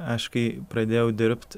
aš kai pradėjau dirbt